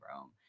Rome